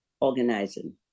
organizing